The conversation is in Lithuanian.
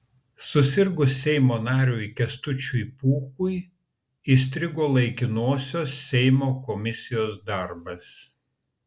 susirgus seimo nariui kęstučiui pūkui įstrigo laikinosios seimo komisijos darbas